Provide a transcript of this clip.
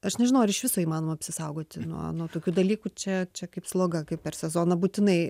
aš nežinau ar iš viso įmanoma apsisaugoti nuo nuo tokių dalykų čia čia kaip sloga kaip per sezoną būtinai